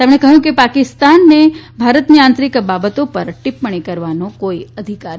તેમણે કહ્યું કે પાકિસ્તાનને ભારતની આંતરીક બાબતો પર ટિપ્પણી કરવાનો કોઈ અધિકાર નથી